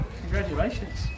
Congratulations